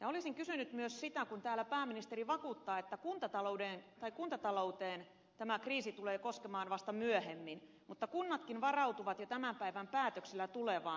olisin kysynyt myös siitä kun pääministeri vakuuttaa että kuntataloutta tämä kriisi tulee koskemaan vasta myöhemmin mutta kunnatkin varautuvat jo tämän päivän päätöksillä tulevaan